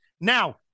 Now